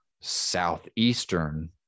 southeastern